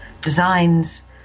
designs